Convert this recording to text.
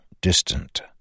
distant